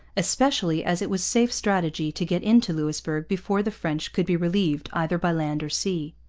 especially as it was safe strategy to get into louisbourg before the french could be relieved either by land or sea.